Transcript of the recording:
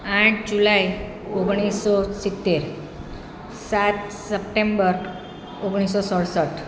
આઠ જુલાઇ ઓગણીસસો સિત્તેર સાત સપ્ટેમ્બર ઓગણીસસો સડસઠ